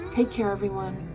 take care everyone,